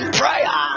prayer